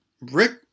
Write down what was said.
Rick